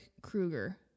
Krueger